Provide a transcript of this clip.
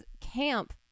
camp